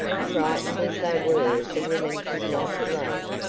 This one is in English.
frightened as they were the women could not flee,